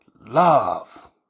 love